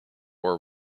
war